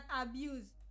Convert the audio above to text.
abuse